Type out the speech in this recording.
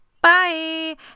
Bye